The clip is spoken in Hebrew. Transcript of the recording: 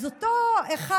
אז אותו אחד,